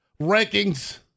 rankings